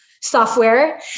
software